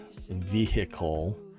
vehicle